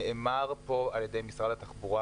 נאמר פה על ידי משרד התחבורה,